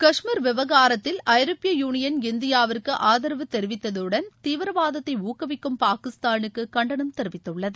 காஷ்மீர் விவகாரத்தில் ஐரோப்பிய யூனியன் இந்தியாவிற்கு ஆதரவு தெரிவித்துள்ளதுடன் தீவிரவாதத்தை ஊக்குவிக்கும் பாகிஸ்தானுக்கு கண்டனம் தெரிவித்துள்ளது